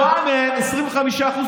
4 מיליון מהם,